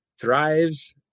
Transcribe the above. thrives